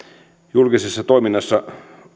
julkisessa toiminnassa